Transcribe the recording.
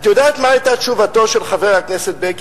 את יודעת מה היתה תשובתו של חבר הכנסת בגין?